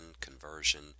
conversion